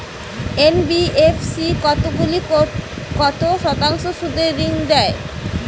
NBFC কতগুলি কত শতাংশ সুদে ঋন দেয়?